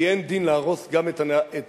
כי אין דין להרוס גם את המיטלטלין.